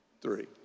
three